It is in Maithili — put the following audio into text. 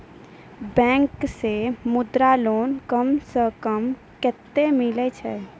बैंक से मुद्रा लोन कम सऽ कम कतैय मिलैय छै?